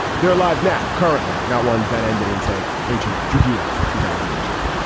their lives now currently not ones that ended in, say, ancient judea two thousand years ago.